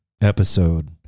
episode